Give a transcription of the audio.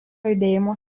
judėjimo